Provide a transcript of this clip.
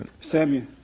Samuel